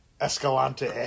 Escalante